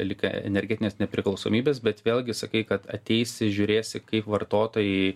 lyg energetinės nepriklausomybės bet vėlgi sakai kad ateisi žiūrėsi kaip vartotojai